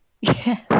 Yes